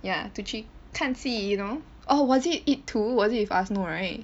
ya to 去看戏 you know or was it IP two was it with us no right